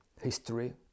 history